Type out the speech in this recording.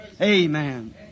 Amen